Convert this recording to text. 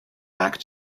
back